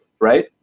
right